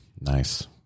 Nice